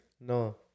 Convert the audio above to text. No